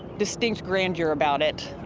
distinct grandeur about it,